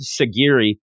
Sagiri